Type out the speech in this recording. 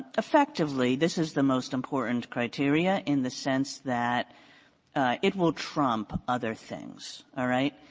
effectively, this is the most important criteria, in the sense that it will trump other things. all right?